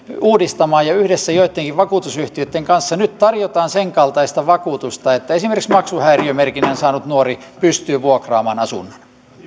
uudistamaan ja yhdessä joittenkin vakuutusyhtiöitten kanssa nyt tarjotaan senkaltaista vakuutusta että esimerkiksi maksuhäiriömerkinnän saanut nuori pystyy vuokraamaan asunnon